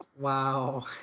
Wow